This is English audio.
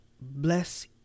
bless